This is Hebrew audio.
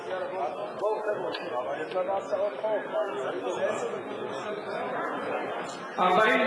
רשות השידור (תיקון מס' 25), התשע"א 2010, נתקבלה.